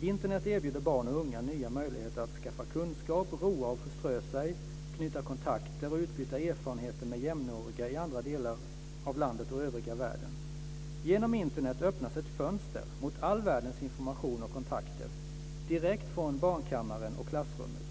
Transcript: Internet erbjuder barn och unga nya möjligheter att skaffa kunskap, roa och förströ sig, knyta kontakter och utbyta erfarenheter med jämnåriga i andra delar av landet och övriga världen. Genom Internet öppnas ett fönster mot all världens information och kontakter, direkt från barnkammaren och klassrummet.